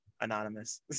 Anonymous